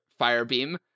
Firebeam